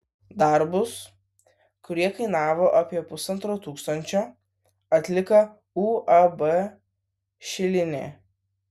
darbus kurie kainavo apie pusantro tūkstančio atliko uab šilinė